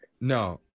No